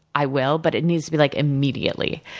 i will, but it needs to be like immediately.